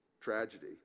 tragedy